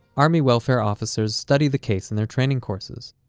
army welfare officers study the case in their training courses.